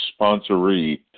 sponsoree